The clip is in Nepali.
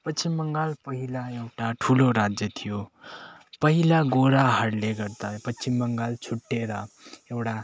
पश्चिम बङ्गाल पहिला एउटा ठुलो राज्य थियो पहिला गोराहरूले गर्दा पश्चिम बङ्गाल छुट्टिएर एउटा